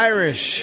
Irish